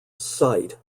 sight